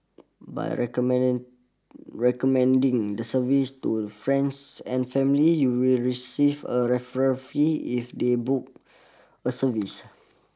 by recommend recommending the service to friends and family you will receive a referral fee if they book a service